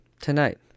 tonight